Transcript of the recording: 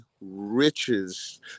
riches